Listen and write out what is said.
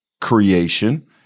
creation